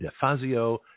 DeFazio